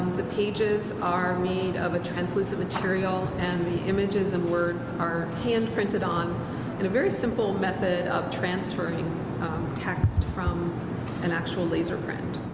the pages are made of a translucent material and the images and words are hand-printed on in a very simple method transferring text from an actual laser print.